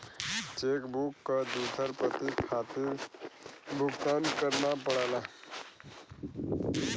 check book क दूसर प्रति खातिर भुगतान करना पड़ला